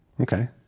okay